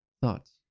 Thoughts